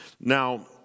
Now